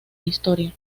historia